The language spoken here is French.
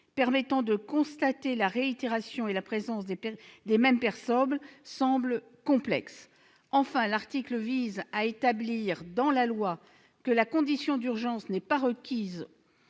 -permettant de constater la réitération et la présence des mêmes personnes semblent complexes. Enfin, l'article vise à établir dans la loi que la condition d'urgence n'est pas requise